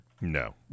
No